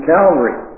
Calvary